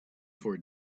for